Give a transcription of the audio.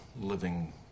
living